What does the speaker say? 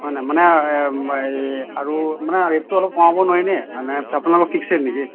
হয়নি মানে এই আৰু মানে ৰেট টো অলপ কমাব নোৱাৰি নে মানে আপোনালোকৰ ফিক্স ৰেট নেকি